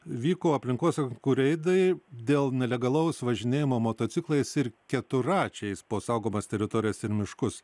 vyko aplinkosaugininkų reidai dėl nelegalaus važinėjimo motociklais ir keturračiais po saugomas teritorijas ir miškus